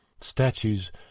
Statues